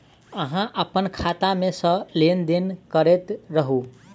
अहाँ अप्पन खाता मे सँ लेन देन करैत रहू?